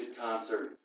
concert